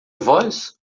voz